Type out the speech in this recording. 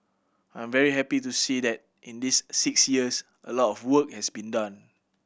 I'm very happy to see that in this six years a lot of work has been done